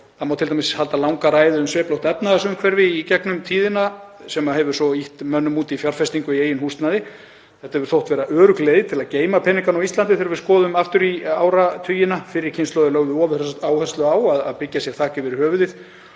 Það má t.d. halda langa ræðu um sveiflótt efnahagsumhverfi í gegnum tíðina sem hefur svo ýtt mönnum út í fjárfestingu í eigin húsnæði. Þetta hefur þótt vera örugg leið til að geyma peningana á Íslandi þegar við skoðum aftur í áratugina. Fyrri kynslóðir lögðu ofuráherslu á að byggja sér þak yfir höfuðið